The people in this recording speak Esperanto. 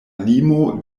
limo